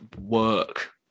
Work